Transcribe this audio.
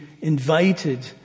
invited